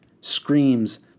Screams